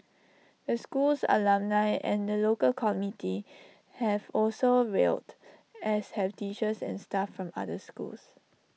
the school's alumni and the local community have also rallied as have teachers and staff from other schools